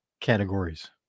categories